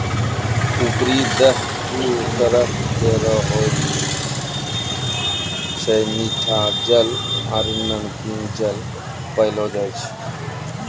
उपरी जल दू तरह केरो होय छै मीठा जल आरु नमकीन जल पैलो जाय छै